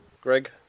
Greg